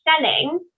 selling